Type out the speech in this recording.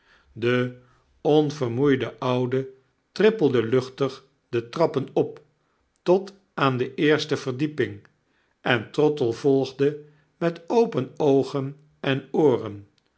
de onvermoeide oude trippelde luchtig de trappen op tot aan de eerste verdieping en trottle volgde met open oogen en ooren